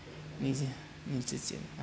你自你自己